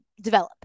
develop